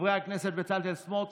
חברי הכנסת בצלאל סמוטריץ',